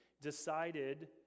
decided